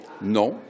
Non